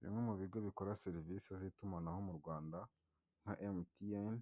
Bimwe mu bigo bikora serivisi z'itumanaho mu Rwanda nka emutiyene,